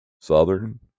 Southern